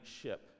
ship